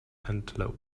antelope